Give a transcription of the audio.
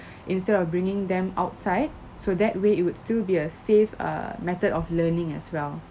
instead of bringing them outside so that way it would still be a save err method of learning as well